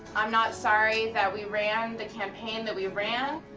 i'm not sorry that we ran the campaign that we ran.